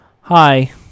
hi